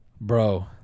bro